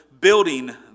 building